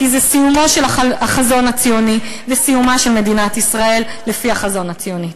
כי זה סיומו של החזון הציוני וסיומה של מדינת ישראל לפי החזון הציוני.